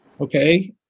Okay